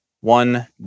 one